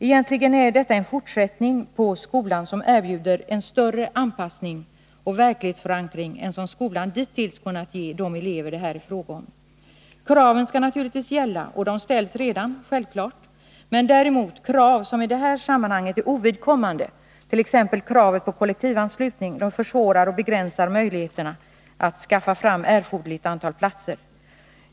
Egentligen är detta en fortsättning på skolan, som erbjuder en större anpassning och verklighetsförankring än skolan dittills kunnat ge de elever det här är fråga om. Kraven skall naturligtvis gälla, och de ställs självfallet redan. Men krav som i detta sammanhang är ovidkommande, t.ex. kravet på kollektivanslutning, försvårar och begränsar möjligheterna att skaffa fram erforderligt antal platser.